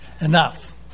enough